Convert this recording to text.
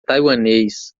taiwanês